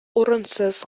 урынсыз